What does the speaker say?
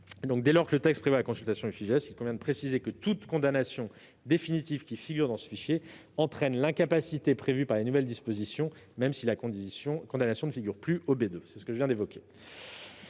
Dès lors que le texte prévoit la consultation du Fijais, il convient de préciser que toute condamnation définitive figurant dans ce fichier entraîne l'incapacité prévue par les nouvelles dispositions, même si la condamnation ne figure plus au bulletin n° 2 du casier